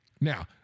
Now